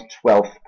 twelfth